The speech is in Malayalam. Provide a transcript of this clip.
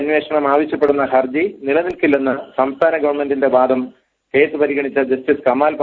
അന്വേഷണം ആവശ്യപ്പെടുന്ന ഹർജി നിലനിൽക്കില്ലെന്ന സംസ്ഥാന ഗവൺമെന്റിന്റെ വാദം കേസ് പരിഗണിച്ച ജസ്റ്റിസ് കമാൽപാഷ തള്ളി